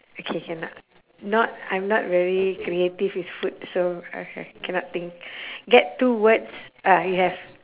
okay cannot not I'm not very creative with food so okay cannot think get two words uh you have